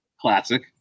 Classic